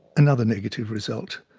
another negative result.